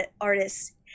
artists